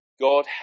God